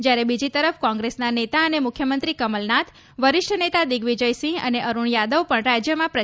જ્યારે બીજી તરફ કોંગ્રેસના નેતા અને મુખ્યમંત્રી કમલનાથ વરિષ્ઠ નેતા દિગવિજયસિંહ અને અરૂણ યાદવ પણ રાજ્યમાં પ્રચાર તા